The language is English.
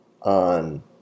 on